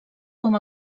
com